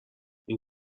این